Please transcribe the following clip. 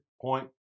point